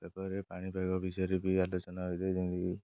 ପେପରରେ ପାଣିପାଗ ବିଷୟରେ ବି ଆଲୋଚନା ହୋଇଥାଏ ଯେମିତି କି